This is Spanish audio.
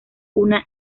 una